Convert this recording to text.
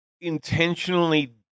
intentionally